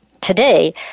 today